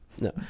No